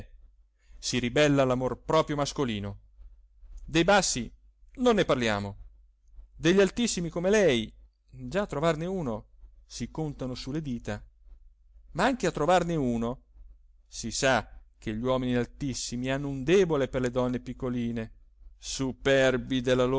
si ribella l'amor proprio mascolino dei bassi non ne parliamo degli altissimi come lei già a trovarne uno si contano su le dita ma anche a trovarne uno si sa che gli uomini altissimi hanno un debole per le donne piccoline superbi della